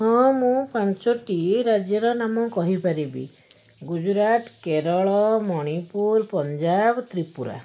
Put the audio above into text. ହଁ ମୁଁ ପାଞ୍ଚ ଟି ରାଜ୍ୟର ନାମ କହିପାରିବି ଗୁଜୁରାଟ କେରଳ ମଣିପୁର ପଞ୍ଜାବ ତ୍ରିପୁରା